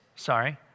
sorry